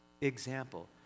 Example